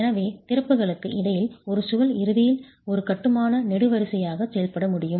எனவே திறப்புகளுக்கு இடையில் ஒரு சுவர் இறுதியில் ஒரு கட்டுமான நெடுவரிசையாக செயல்பட முடியும்